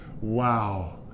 Wow